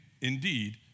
indeed